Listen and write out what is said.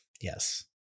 Yes